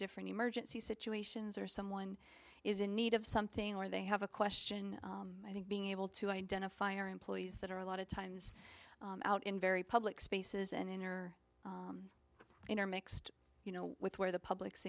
different emergency situations or someone is in need of something or they have a question i think being able to identify our employees that are a lot of times out in very public spaces and inner intermixed you know with where the public